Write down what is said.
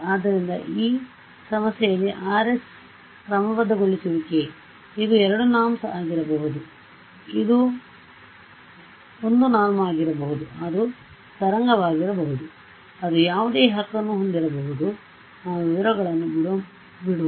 ಆದ್ದರಿಂದ ಈ ಸಮಸ್ಯೆಯಲ್ಲಿ Rx ಕ್ರಮಬದ್ಧಗೊಳಿಸುವಿಕೆ ಇದು 2 norm ಆಗಿರಬಹುದು ಇದು 1 norm ಆಗಿರಬಹುದು ಅದು ತರಂಗವಾಗಿರಬಹುದು ಅದು ಯಾವುದೇ ಹಕ್ಕನ್ನು ಹೊಂದಿರಬಹುದು ನಾವು ವಿವರಗಳನ್ನು ಬಿಡುವ